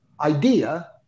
idea